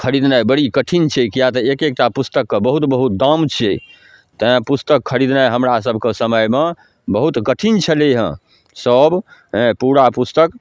खरिदनाइ बड़ी कठिन छै किएकि तऽ एक एकटा पुस्तकके बहुत बहुत दाम छै तेँ पुस्तक खरिदनाइ हमरा सभके समयमे बहुत कठिन छलै हँ सब हँ पूरा पुस्तक